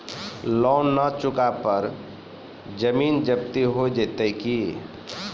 Loan न चुका पर जमीन जब्ती हो जैत की?